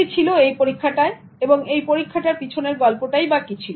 কি ছিল এই পরীক্ষাটায় এবং এই পরীক্ষাটার পিছনের গল্প টাই বা কি ছিল